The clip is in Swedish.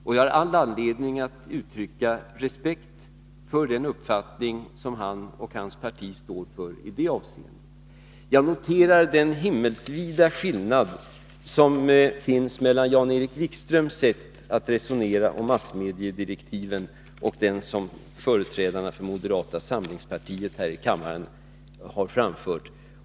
Och jag har all anledning att uttrycka respekt för den uppfattning som han och hans parti står för i det avseendet. Jag noterar den himmelsvida skillnad som finns mellan Jan-Erik Wikströms sätt att resonera om massmediekommitténs direktiv och det sätt som företrädarna här i kammaren för moderata samlingspartiet använder sig av.